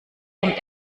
kommt